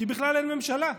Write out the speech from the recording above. כי בכלל אין ממשלה,